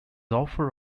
offer